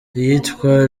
iyitwa